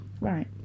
right